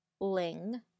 Ling